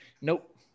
Nope